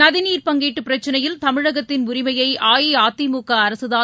நதிநீர் பங்கீடு பிரச்னையில் தமிழகத்தின் உரிமையை அஇஅதிமுக அரசுதான்